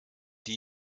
die